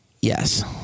Yes